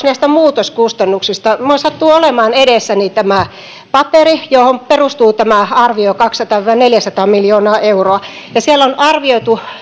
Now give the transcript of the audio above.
näistä muutoskustannuksista minulla sattuu olemaan edessäni tämä paperi johon perustuu tämä arvio kaksisataa viiva neljäsataa miljoonaa euroa ja siellä on arvioitu